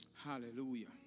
hallelujah